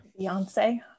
Beyonce